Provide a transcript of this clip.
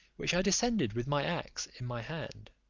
which i descended with my axe in my hand.